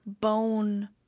bone